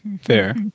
Fair